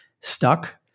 stuck